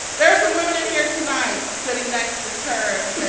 there's some women in here tonight sitting next to turds